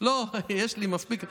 לא, יש לי מספיק.